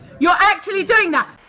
you're actually doing that!